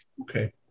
Okay